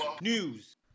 News